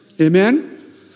Amen